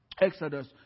Exodus